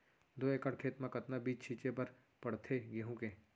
दो एकड़ खेत म कतना बीज छिंचे बर पड़थे गेहूँ के?